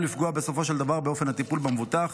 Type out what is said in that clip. לפגוע בסופו של דבר באופן הטיפול במבוטח,